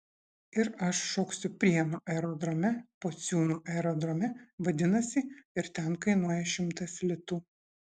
ir aš šoksiu prienų aerodrome pociūnų aerodrome vadinasi ir ten kainuoja šimtas litų